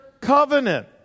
covenant